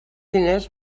diners